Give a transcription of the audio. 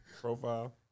profile